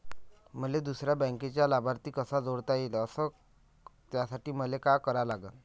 मले दुसऱ्या बँकेचा लाभार्थी कसा जोडता येईन, अस त्यासाठी मले का करा लागन?